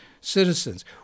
citizens